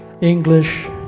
English